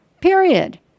Period